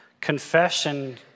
confession